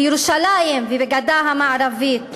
בירושלים ובגדה המערבית,